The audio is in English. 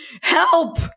help